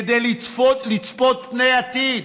כדי לצפות פני עתיד?